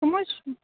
کٕم حظ چھو